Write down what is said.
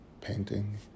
painting